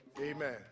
Amen